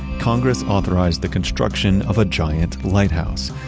congress authorized the construction of a giant lighthouse.